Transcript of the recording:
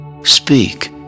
Speak